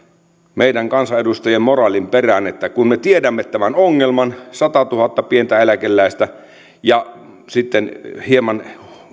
meidän kansanedustajien moraalin perään että kun me tiedämme tämän ongelman satatuhatta pientä eläkeläistä ja sitten hieman